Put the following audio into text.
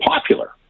popular